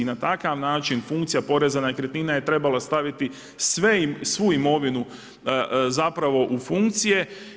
Na takav način funkcija poreza na nekretnine je trebalo staviti svu imovinu zapravo u funkcije.